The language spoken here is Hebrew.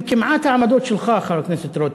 מציגה הן כמעט העמדות שלך, חבר הכנסת רותם.